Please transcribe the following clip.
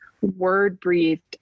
word-breathed